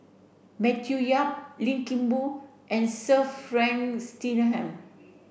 Matthew Yap Lim Kim Boon and Sir Frank Swettenham